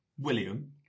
William